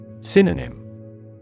Synonym